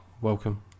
Welcome